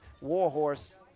Warhorse